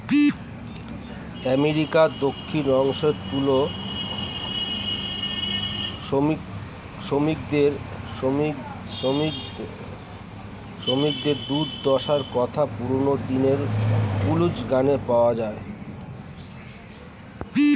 আমেরিকার দক্ষিণাংশে তুলো শ্রমিকদের দুর্দশার কথা পুরোনো দিনের ব্লুজ গানে পাওয়া যায়